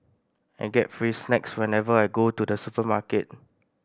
I get free snacks whenever I go to the supermarket